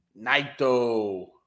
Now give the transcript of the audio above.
Naito